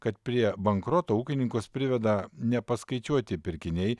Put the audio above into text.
kad prie bankroto ūkininkus priveda nepaskaičiuoti pirkiniai